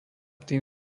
tým